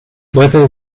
whether